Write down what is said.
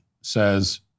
says